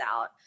out